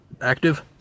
active